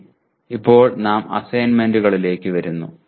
ശരി ഇപ്പോൾ നാം അസൈൻമെന്റുകളിലേക്ക് വരുന്നു